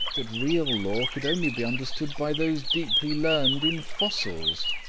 that real law could only be understood by those deeply learned in fossils.